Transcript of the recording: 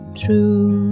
true